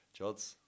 Jods